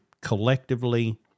collectively